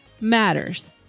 matters